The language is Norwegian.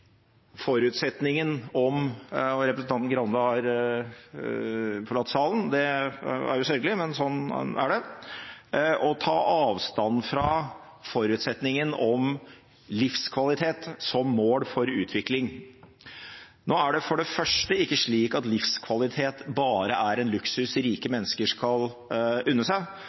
forutsetningen om – representanten Skei Grande har forlatt salen, det er jo sørgelig, men sånn er det – livskvalitet som mål for utvikling. Nå er det først og fremst ikke slik at livskvalitet bare er en luksus rike